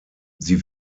sie